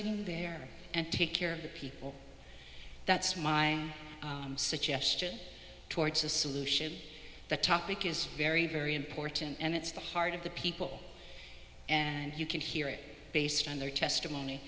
meeting there and take care of the people that's my suggestion towards a solution the topic is very very important and it's the heart of the people and you can hear it based on their testimony